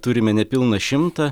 turime nepilną šimtą